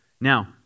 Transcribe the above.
Now